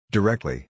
Directly